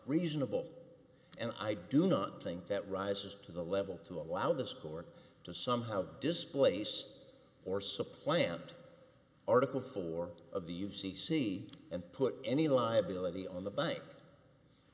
reasonable and i do not think that rises to the level to allow the score to somehow displace or supplant article four of the u c c and put any liability on the bank i